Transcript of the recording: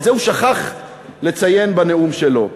את זה הוא שכח לציין בנאום שלו.